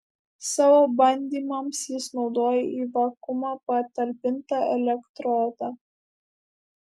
savo bandymams jis naudojo į vakuumą patalpintą elektrodą